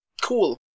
Cool